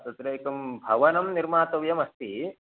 तत्र एकं भवनं निर्मातव्यमस्ति